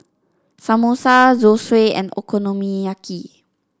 Samosa Zosui and Okonomiyaki